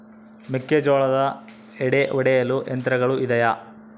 ಮೆಕ್ಕೆಜೋಳದ ಎಡೆ ಒಡೆಯಲು ಯಂತ್ರಗಳು ಇದೆಯೆ?